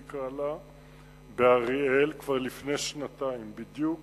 נקרא לה, באריאל כבר לפני שנתיים, בדיוק